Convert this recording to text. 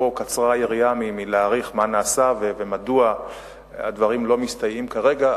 פה קצרה היריעה מלהעריך מה נעשה ומדוע הדברים לא מסתייעים כרגע,